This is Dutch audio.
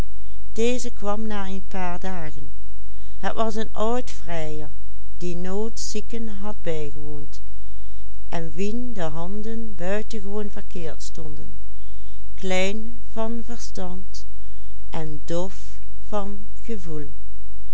bijgewoond en wien de handen buitengewoon verkeerd stonden klein van verstand en dof van gevoel